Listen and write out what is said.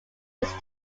his